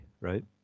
right